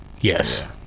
Yes